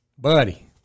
buddy